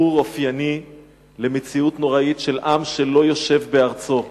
סיפור אופייני למציאות נוראית של עם שלא יושב בארצו.